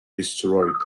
destroyed